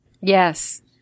Yes